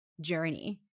journey